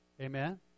Amen